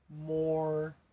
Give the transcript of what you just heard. more